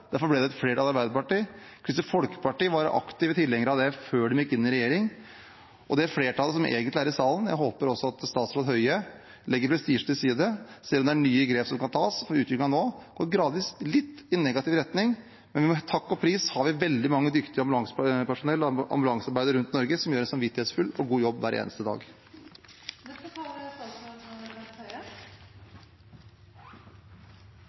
Derfor ble det et flertall for det i Arbeiderpartiet. Kristelig Folkeparti var aktive tilhengere av det før de gikk inn i regjering. Jeg håper at også statsråd Høie legger prestisjen til side og sier at man skal ta nye grep, for utviklingen har gradvis gått i negativ retning. Men takk og pris for at vi har veldig mye dyktig ambulansepersonell rundt omkring i Norge som gjør en samvittighetsfull og god jobb hver eneste dag. Jeg er